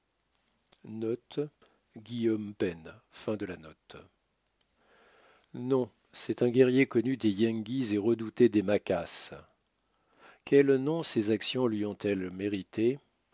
non c'est un guerrier connu des yengeese et redouté des maquas quel nom ses actions lui ont-elles mérité